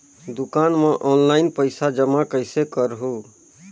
दुकान म ऑनलाइन पइसा जमा कइसे करहु?